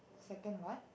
second what